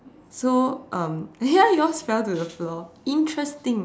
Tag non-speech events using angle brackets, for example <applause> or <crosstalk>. so um ya <laughs> yours fell to the floor interesting